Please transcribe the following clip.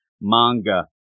manga